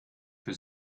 für